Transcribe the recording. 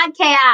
Podcast